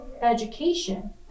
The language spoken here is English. education